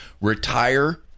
retire